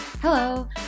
Hello